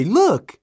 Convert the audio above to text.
look